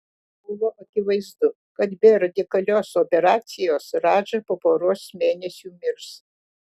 buvo akivaizdu kad be radikalios operacijos radža po poros mėnesių mirs